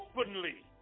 openly